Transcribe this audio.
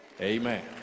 Amen